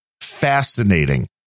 fascinating